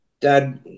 dad